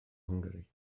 hwngari